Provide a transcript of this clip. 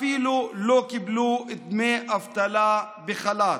אפילו לא קיבלו דמי אבטלה בחל"ת.